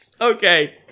Okay